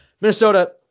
Minnesota